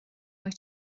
wyt